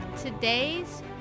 Today's